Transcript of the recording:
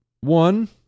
One